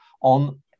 on